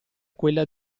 quella